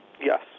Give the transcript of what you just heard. yes